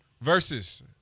Versus